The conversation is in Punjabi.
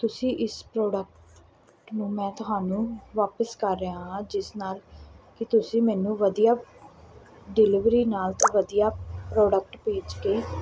ਤੁਸੀਂ ਇਸ ਪ੍ਰੋਡਕਟ ਨੂੰ ਮੈਂ ਤੁਹਾਨੂੰ ਵਾਪਸ ਕਰ ਰਿਹਾ ਹਾਂ ਜਿਸ ਨਾਲ ਕਿ ਤੁਸੀਂ ਮੈਨੂੰ ਵਧੀਆ ਡਿਲੀਵਰੀ ਨਾਲ ਅਤੇ ਵਧੀਆ ਪ੍ਰੋਡਕਟ ਭੇਜ ਕੇ